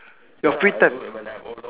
your free time